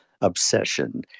obsession